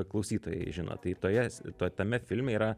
klausytojai žino tai toje to tame filme yra